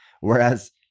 Whereas